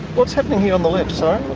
what's happening here on the left,